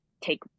take